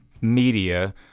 media